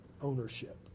ownership